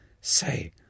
Say